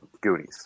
Goonies